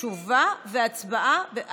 תשובה והצבעה במועד אחר.